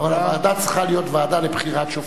הוועדה צריכה להיות ועדה לבחירת שופטים.